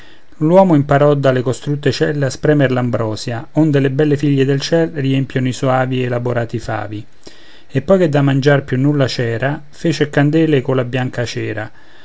l'uomo imparò dalle costrutte celle a spremere l'ambrosia onde le belle figlie del ciel riempiono i soavi elaborati favi e poi che da mangiar più nulla c'era fece candele colla bianca cera